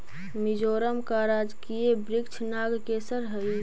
मिजोरम का राजकीय वृक्ष नागकेसर हई